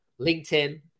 linkedin